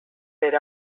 fer